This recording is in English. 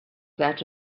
that